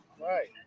Right